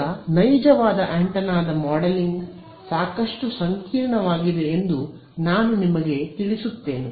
ಈಗ ನೈಜವಾದ ಆಂಟೆನಾದ ಮಾಡೆಲಿಂಗ್ ಸಾಕಷ್ಟು ಸಂಕೀರ್ಣವಾಗಿದೆ ಎಂದು ನಾನು ನಿಮಗೆ ತಿಳಿಸುತ್ತೇನೆ